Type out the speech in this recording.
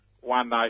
one